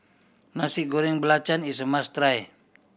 Nasi Goreng Belacan is a must try